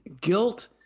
guilt